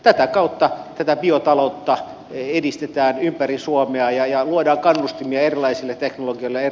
tätä kautta biotaloutta edistetään ympäri suomea ja luodaan kannustimia erilaisille teknologioille